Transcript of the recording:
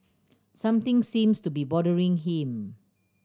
something seems to be bothering him